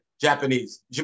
Japanese